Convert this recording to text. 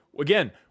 again